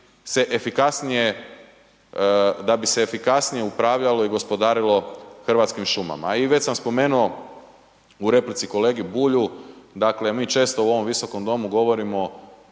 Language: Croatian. da bi se efikasnije upravljalo i gospodarilo hrvatskim šumama. I već sam spomenuo u replici kolegi Bulju, dakle mi često u ovom Visokom domu govorimo